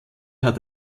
hat